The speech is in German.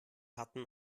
hatten